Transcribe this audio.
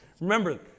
Remember